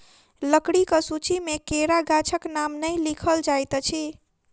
लकड़ीक सूची मे केरा गाछक नाम नै लिखल जाइत अछि